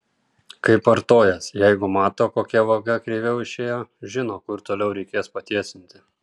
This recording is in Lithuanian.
kaip artojas jeigu mato kokia vaga kreiviau išėjo žino kur toliau reikės patiesinti